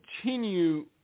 continue